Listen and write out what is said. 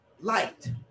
light